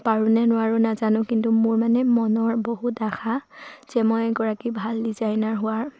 পাৰোনে নোৱাৰোঁ নাজানো কিন্তু মোৰ মানে মনৰ বহুত আশা যে মই এগৰাকী ভাল ডিজাইনাৰ হোৱাৰ